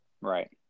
Right